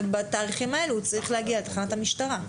ובתאריכים האלו הוא צריך להגיע לתחנת המשטרה.